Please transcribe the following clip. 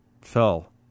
fell